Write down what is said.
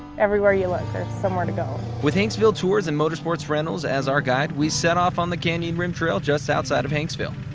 every where you look there's somewhere to go. zach with hanksville tours and motorsports rentals as our guide, we set off on the canyon rim trail just outside of hanksville,